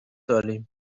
داریم